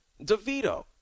DeVito